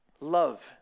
love